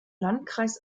landkreis